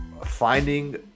finding